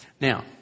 Now